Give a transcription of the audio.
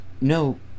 No